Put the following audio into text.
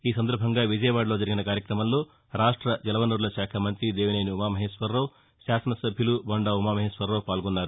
ఈ సందర్భంగా విజయవాడలో జరిగిన కార్యక్రమంలో రాష్ట జలవనరుల శాఖ మంత్రి దేవినేని ఉమామహేశ్వరరావు శాసన సభ్యులు బొండా ఉమామహేశ్వరరావు పాల్గొన్నారు